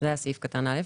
בסעיף קטן (ב),